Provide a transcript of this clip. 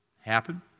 Happen